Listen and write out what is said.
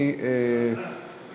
סגור